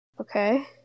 Okay